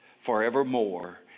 forevermore